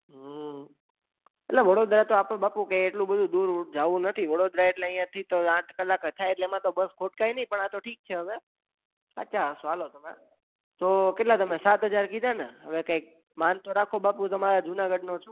હં એલા વડોદરા તો આપણે બાપુ કંઈ એટલું બધુ દૂર જવું નથી વડોદરા એટલે અહીંયાથી તો આઠ કલાક જ થાય એટલે એમાં તો બસ ખોટ ખાય નહીં પણ આ તો ઠીક છે હવે સાચા હશો ચાલો તમે તો કેટલા તમે સાત હજાર કીધા ને હવે કાંઈક માન તો રાખો બાપુ તમારા જુનાગઢનો છું